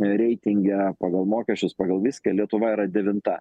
reitinge pagal mokesčius pagal viską lietuva yra devinta